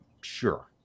sure